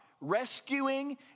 rescuing